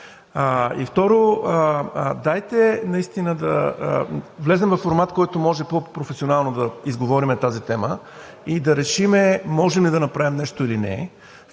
И второ, дайте наистина да влезем във формат, в който можем по-професионално да изговорим тази тема, и да решим можем ли да направим нещо или не.